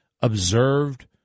observed